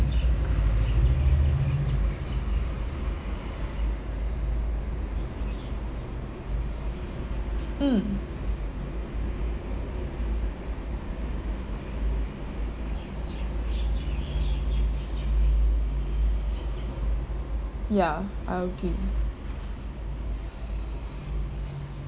mm ya I'll keep